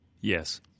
Yes